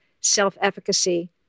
self-efficacy